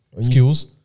skills